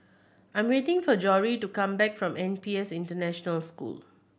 I'm waiting for Jory to come back from N P S International School